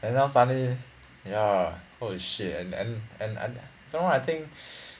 then now suddenly ya holy shit and and and and you know I think